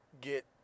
get